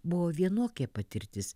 buvo vienokia patirtis